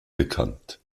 bekannt